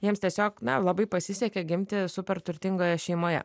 jiems tiesiog na labai pasisekė gimti super turtingoje šeimoje